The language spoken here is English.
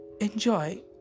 enjoy